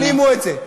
תפנימו את זה.